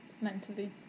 mentally